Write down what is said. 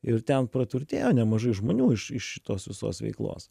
ir ten praturtėjo nemažai žmonių iš iš šitos visos veiklos